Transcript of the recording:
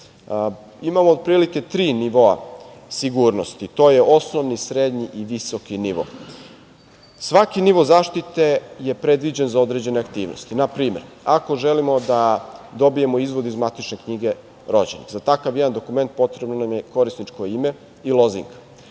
Ima otprilike tri nivoa sigurnosti – osnovni, srednji i visoki nivo. Svaki nivo zaštite je predviđen za određene aktivnosti. Na primer, ako želimo da dobijemo izvod iz matične knjige rođenih, za takav jedan dokument potrebno nam je korisničko ime i lozinka.